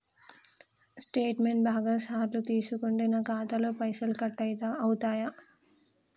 Statement బాగా సార్లు తీసుకుంటే నాకు ఖాతాలో పైసలు కట్ అవుతయా?